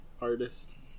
Artist